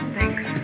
Thanks